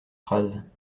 phrases